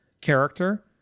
character